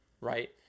Right